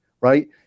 right